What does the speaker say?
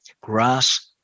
grass